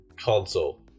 console